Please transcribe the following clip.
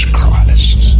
Christ